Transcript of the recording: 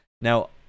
now